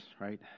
right